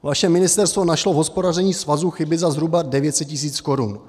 Vaše ministerstvo našlo v hospodaření svazu chyby za zhruba 900 tis. korun.